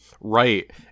right